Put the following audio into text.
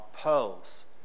pearls